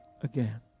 again